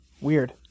Weird